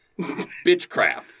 Bitchcraft